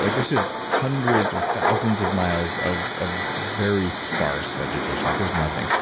like this is hundreds or thousands of miles of of very sparse vegetation. like there's nothing,